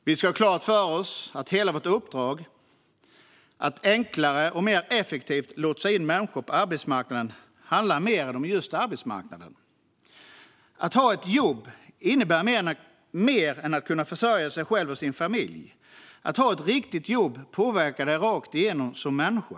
Vi ska ha klart för oss att hela vårt uppdrag, att enklare och mer effektivt lotsa in människor på arbetsmarknaden, handlar om mer än just arbetsmarknaden. Att ha ett jobb innebär mer än att kunna försörja sig själv och sin familj. Att ha ett riktigt jobb påverkar dig rakt igenom som människa.